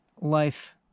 life